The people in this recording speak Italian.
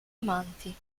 amanti